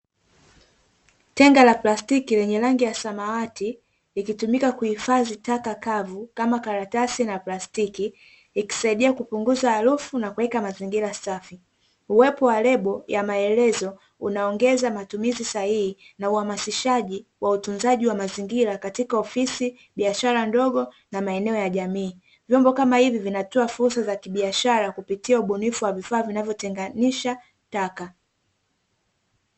Tenga la plastiki lenye rangi ya samawati likitumika kuhifadhi taka kavu kama karatasi na plastiki, ikisaidia kupunguza harufu na kuweka mazingira safi uwepo wa lebo ya maelezo. unaongeza matumizi sahahi na uwamasishaji wa utunzaji wa mazingira katika ofisi, biashara ndogo na maeneo ya jamii vyombo kama hivi vinatoa furusa ya kibiashara kupitia ubunifu wa vifaa vinavyotenganisha taka.